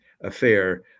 affair